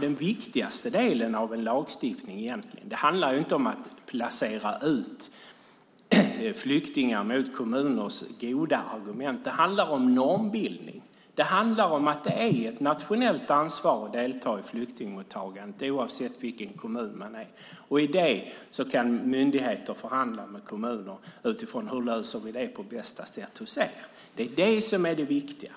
Den viktigaste delen av en lagstiftning handlar inte om att placera ut flyktingar mot kommuners goda argument. Det handlar om normbildning. Det handlar om att det är ett nationellt ansvar att delta i flyktingmottagandet oavsett kommun. Myndigheter kan förhandla med kommuner och se hur man löser det på bästa sätt. Det är det viktiga.